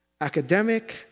Academic